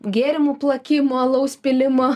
gėrimų plakimo alaus pylimo